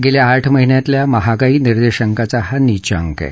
गेल्या आठ महिन्यातल्या महागाई निर्देशांकांचा हा निचांक आहे